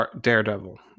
Daredevil